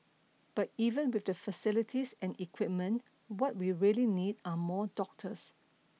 but even with the facilities and equipment what we really need are more doctors